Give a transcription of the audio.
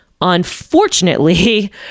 Unfortunately